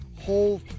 whole